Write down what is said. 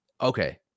okay